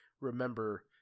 remember